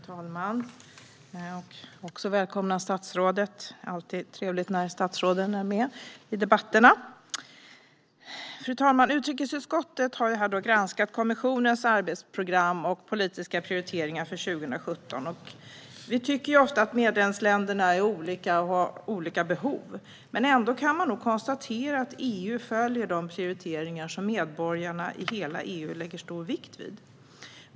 Fru talman! Jag vill också välkomna statsrådet - det är alltid trevligt när statsråden är med i debatterna. Utrikesutskottet har granskat kommissionens arbetsprogram och politiska prioriteringar för 2017. Vi tycker ofta att medlemsländerna är olika och har olika behov, men man kan nog ändå konstatera att EU följer de prioriteringar som medborgarna i hela EU lägger stor vikt vid.